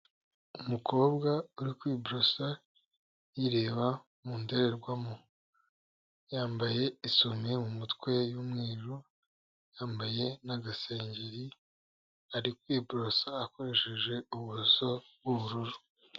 Umukobwa uri kwiborosa yireba mu ndorerwamo, yambaye isume mu mutwe y'umweru, yambaye n'agasengeri, ari kwiborosa akoresheje uburoso bw'ubururu.